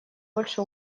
больше